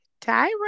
Tyra